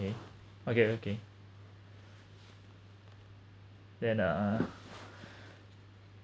then okay okay then uh